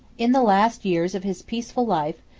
in the last years of his peaceful life,